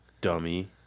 dummy